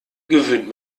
gewöhnt